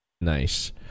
Nice